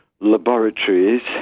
laboratories